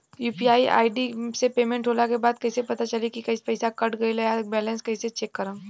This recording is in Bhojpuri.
यू.पी.आई आई.डी से पेमेंट होला के बाद कइसे पता चली की पईसा कट गएल आ बैलेंस कइसे चेक करम?